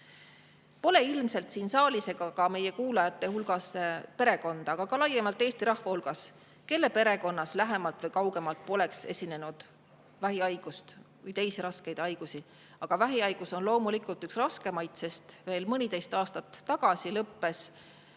ilmselt siin saalis ega ka meie kuulajate hulgas [inimesi] – ka laiemalt Eesti rahva hulgas –, kelle perekonnas lähemal või kaugemal poleks esinenud vähihaigust või teisi raskeid haigusi. Vähihaigus on loomulikult üks raskemaid, sest veel mõniteist aastat tagasi